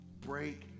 Break